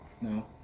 No